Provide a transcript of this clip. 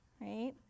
right